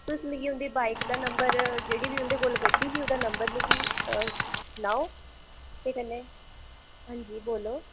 तुस इंदी बाईक दा नंबर जेह्ड़ी इंदे कोल गड्डी ही सनाओ ते अंजी बोल्लो